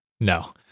No